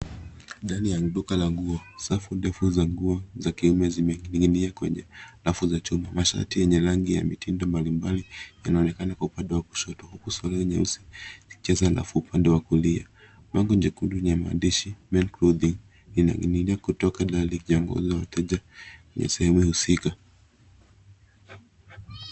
Ndani ya duka la nguo, safu ndefu za nguo za kiume zimening'nia kwenye rafu za chuma. Mashati enye rangi ya mitindo mbali mbali yanaonekana kwa upande wa kushoto, huku suruali nyeusi ikicheza nafu upande wa kulia, bango jekundu enye maandishi male clothing inaningini'nia kutoka dari ya jengo la wateja na sehemu husika.